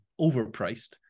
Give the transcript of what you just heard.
overpriced